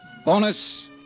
Bonus